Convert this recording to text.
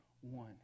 one